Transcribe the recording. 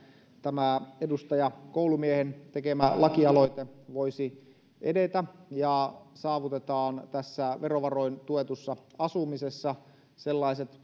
tämä edustaja koulumiehen tekemä lakialoite voisi edetä ja saavutetaan tässä verovaroin tuetussa asumisessa sellaiset